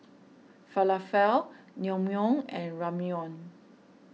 Falafel Naengmyeon and Ramyeon